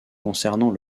concernant